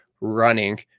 running